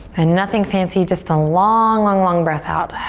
and nothing fancy, just a long, long, long breath out.